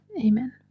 amen